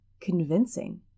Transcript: convincing